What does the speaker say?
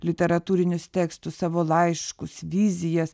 literatūrinius tekstus savo laiškus vizijas